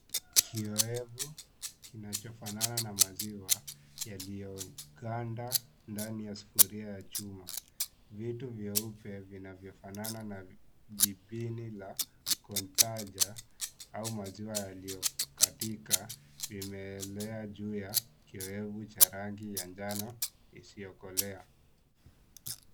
Kiyoevu kinachofanana na maziwa yaliyoganda ndani ya sufuria ya chuma . Vitu vyeupe vinavyofanana na jibini la kontaja au maziwa yaliyokatika, imeenea juu ya kiyoevu ya rangi ya njano isiyokolea.